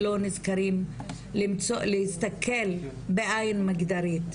לא נזכרים להסתכל בעיין מגדרית,